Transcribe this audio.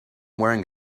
wearing